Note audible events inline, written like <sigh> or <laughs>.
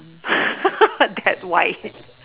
<laughs> that wide